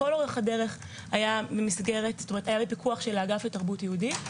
לכל אורך היה בפיקוח של האגף לתרבות יהודית,